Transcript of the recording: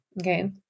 Okay